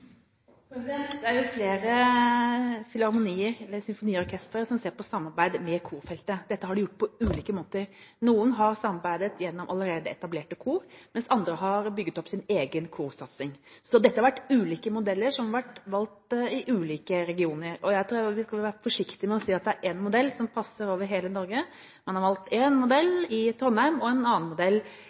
Det er jo flere symfoniorkestre som ser på samarbeid med korfeltet. Dette har de gjort på ulike måter. Noen har samarbeidet gjennom allerede etablerte kor, mens andre har bygget opp sin egen korsatsing. Så det har vært valgt ulike modeller i ulike regioner, og jeg tror vi skal være forsiktige med å si at det er én modell som passer over hele Norge. Man har valgt én modell i Trondheim og en annen modell